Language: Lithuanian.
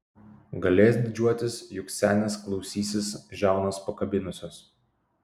galės didžiuotis juk senės klausysis žiaunas pakabinusios